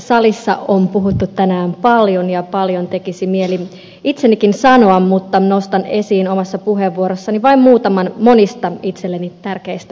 salissa on puhuttu tänään paljon ja paljon tekisi mieli itsenikin sanoa mutta nostan esiin omassa puheenvuorossani vain muutaman monista itselleni tärkeistä asioista